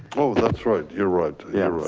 oh, that's right. you're right. yeah,